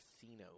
Casino